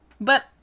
But-